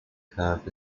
curve